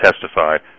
testified